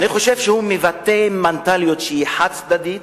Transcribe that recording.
מבטא מנטליות חד-צדדית,